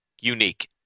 unique